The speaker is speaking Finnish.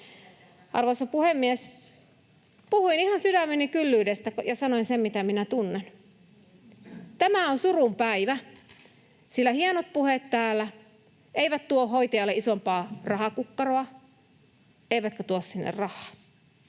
Arvoisa puhemies! Puhuin ihan sydämeni kyllyydestä ja sanoin sen, mitä minä tunnen. Tämä on surun päivä, sillä hienot puheet täällä eivät tuo hoitajalle isompaa rahakukkaroa eivätkä tuo sinne rahaa.